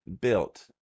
built